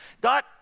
God